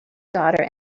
daughter